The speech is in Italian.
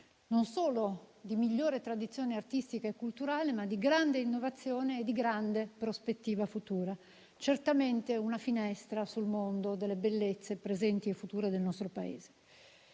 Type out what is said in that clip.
non solo di migliore tradizione artistica e culturale, ma anche di grande innovazione e di grande prospettiva futura. Certamente è una finestra sul mondo delle bellezze presenti e future del nostro Paese.